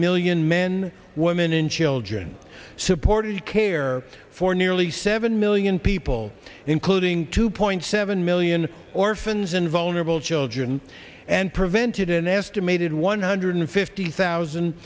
million men women and children supported care for nearly seven million people including two point seven million orphans and vulnerable children and prevented an estimated one hundred fifty thousand